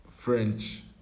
French